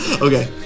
Okay